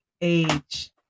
age